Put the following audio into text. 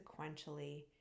sequentially